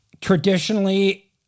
traditionally